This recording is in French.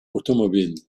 automobiles